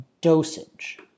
dosage